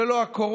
זה לא הקורונה,